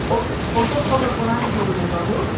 ଓ ଔଷଧ ପତର କ'ଣ ଆଣିଛ କିି ନାଇ ବାବୁ